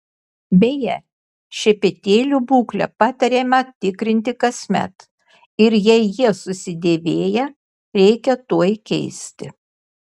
beje šepetėlių būklę patariama tikrinti kasmet ir jei jie susidėvėję reikia tuoj keisti